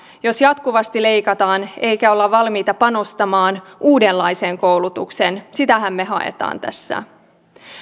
jos jatkuvasti leikataan eikä olla valmiita panostamaan uudenlaiseen koulutukseen sitähän me haemme tässä